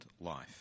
life